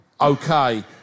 okay